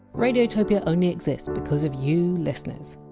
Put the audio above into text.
radiotopia only exists because of you listeners.